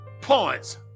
points